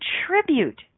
contribute